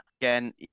again